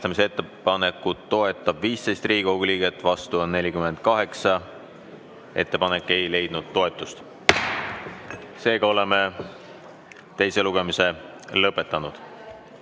Katkestamise ettepanekut toetab 15 Riigikogu liiget, vastu on 48. Ettepanek ei leidnud toetust. Seega oleme teise lugemise lõpetanud.